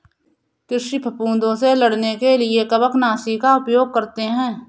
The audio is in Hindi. कृषि फफूदों से लड़ने के लिए कवकनाशी का उपयोग करते हैं